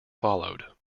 followed